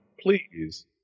Please